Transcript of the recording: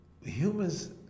humans